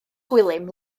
gwilym